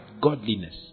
godliness